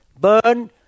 Burn